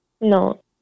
No